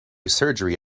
surgery